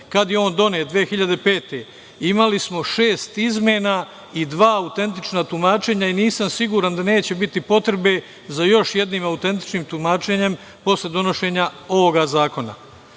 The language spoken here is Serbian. kada je on donet 2005. godine, imali smo šest izmena i dva autentična tumačenja i nisam siguran da neće biti potrebe za još jednim autentičnim tumačenjem posle donošenja ovoga zakona.